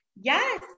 Yes